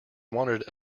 wanted